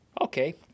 Okay